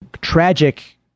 tragic